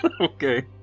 Okay